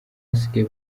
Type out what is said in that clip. basigaye